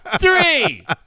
three